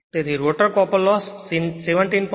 તેથી rotor copper loss 17